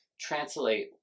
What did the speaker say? translate